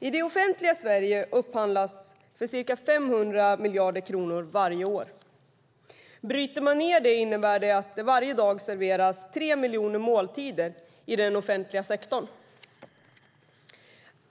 I det offentliga Sverige upphandlas för ca 500 miljarder kronor varje år. Bryter man ned det innebär det att det varje dag serveras tre miljoner måltider i den offentliga sektorn.